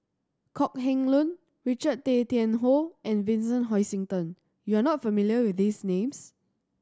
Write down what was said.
Kok Heng Leun Richard Tay Tian Hoe and Vincent Hoisington you are not familiar with these names